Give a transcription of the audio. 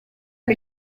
che